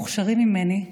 מוכשרים ממני,